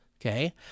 okay